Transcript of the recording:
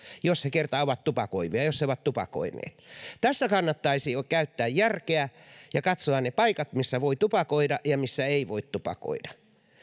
jos hän kerta on tupakoiva jos hän on tupakoinut tässä kannattaisi jo käyttää järkeä ja katsoa ne paikat missä voi tupakoida ja missä ei voi tupakoida